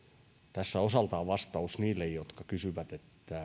tässä osaltaan vastaus heille jotka kysyivät